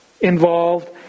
involved